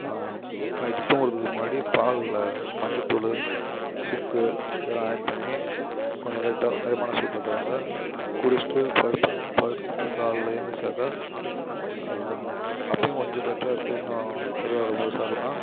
night தூங்குகிறதுக்கு முன்னாடி பாலில் மஞ்சத்தூள் சுக்கு இதெல்லாம் ஆட் பண்ணி கொஞ்சம் லைட்டாக மிதமான சூட்டில் தருவாங்க குடிச்சிட்டு படுப்பேன் படுத்திட்டு காலைல ஏந்திரிச்சாக்க அப்பையும் கொஞ்சம் பெட்டராக இருக்குது இன்னும் சரியாகல முழுசாக அப்படின்னா